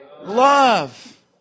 love